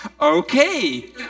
Okay